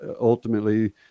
ultimately